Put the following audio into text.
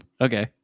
okay